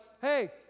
hey